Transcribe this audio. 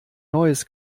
neues